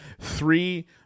three